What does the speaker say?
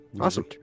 Awesome